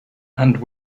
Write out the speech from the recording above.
and